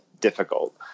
difficult